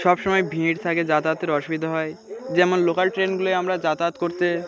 সব সময় ভিড় থাকে যাতায়াতের অসুবিধা হয় যেমন লোকাল ট্রেনগুলি আমরা যাতায়াত করতে